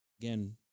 again